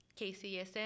KCSN